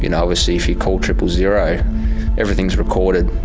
you know obviously if you call triple zero everything's recorded.